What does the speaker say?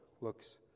looks